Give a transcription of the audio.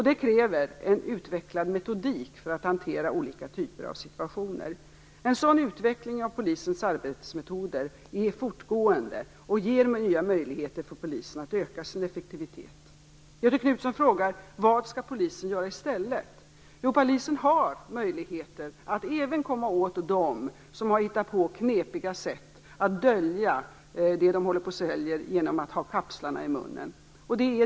Det kräver en utvecklad metodik för att hantera olika typer av situationer. En sådan utveckling av polisens arbetsmetoder är fortgående och ger nya möjligheter för polisen att öka sin effektivitet. Göthe Knutson frågar vad polisen skall göra i stället. Polisen har möjligheter att även komma åt dem som har hittat på knepiga sätt att dölja det de säljer genom att ha kapslarna i munnen.